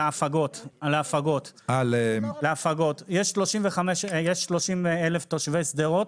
להפגות, יש 35,000 תושבים בשדרות,